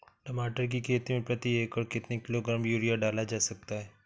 टमाटर की खेती में प्रति एकड़ कितनी किलो ग्राम यूरिया डाला जा सकता है?